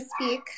speak